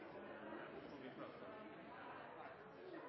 fordi